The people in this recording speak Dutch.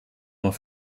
mijn